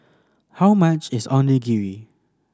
how much is Onigiri